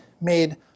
made